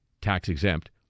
tax-exempt